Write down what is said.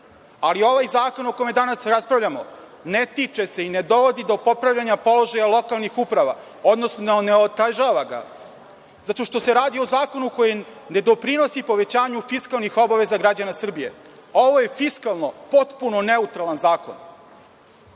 Ali, ovaj zakon o kome danas raspravljamo ne tiče se i ne dovodi do popravljanja položaja lokalnih uprava, odnosno ne otežava ga zato što se radi o zakonu koju ne doprinosi povećanju fiskalnih obaveza građana Srbije. Ovo je fiskalno potpuno neutralan zakon. Dva